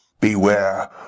Beware